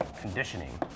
conditioning